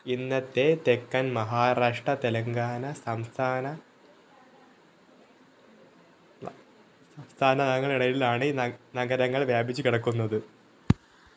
ഇന്നത്തെ തെക്കൻ മഹാരാഷ്ട്ര തെലങ്കാന സംസ്ഥാന സംസ്ഥാനങ്ങളുടെ ഇടയിലാണ് ഈ നഗരങ്ങൾ വ്യാപിച്ചുകിടക്കുന്നത്